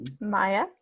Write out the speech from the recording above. Maya